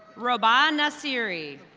raba and naseeri.